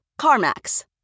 CarMax